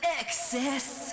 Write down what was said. excess